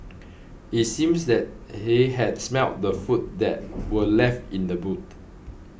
it seems that he had smelt the food that were left in the boot